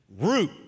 root